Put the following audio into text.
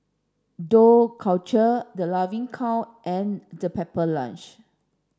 Dough Culture The Laughing Cow and the Pepper Lunch